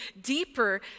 deeper